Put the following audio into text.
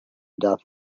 death